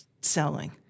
selling